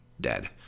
dead